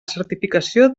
certificació